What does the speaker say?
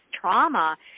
trauma